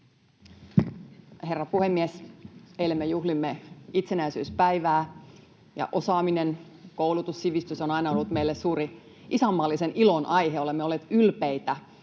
Herra puhemies! Eilen me juhlimme itsenäisyyspäivää, ja osaaminen, koulutus ja sivistys on aina ollut meille suuri isänmaallisen ilon aihe. Olemme olleet ylpeitä